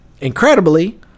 Incredibly